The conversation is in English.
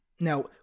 Now